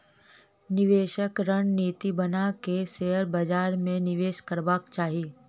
निवेशक रणनीति बना के शेयर बाजार में निवेश करबाक चाही